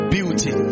Beauty